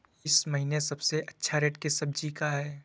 इस महीने सबसे अच्छा रेट किस सब्जी का है?